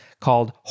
called